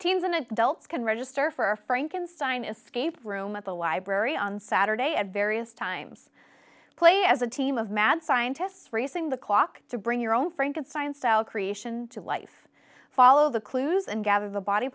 teens and adults can register for frankenstein escape room at the library on saturday at various times play as a team of mad scientists racing the clock to bring your own frankenstein style creation to life follow the clues and gather the body